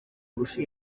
kurusha